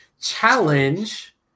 challenge